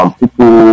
people